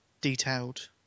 Detailed